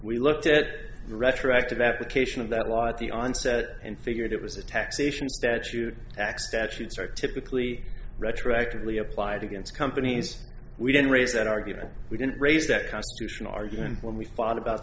we looked at the retroactive application of that law at the onset and figured it was a taxation statute x statutes are typically retroactively applied against companies we didn't raise that argument we didn't raise that constitutional argument when we thought about